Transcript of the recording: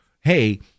Hey